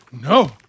No